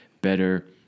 better